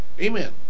Amen